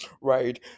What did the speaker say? Right